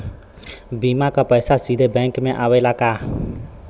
बीमा क पैसा सीधे बैंक में आवेला का?